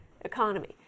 economy